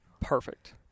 perfect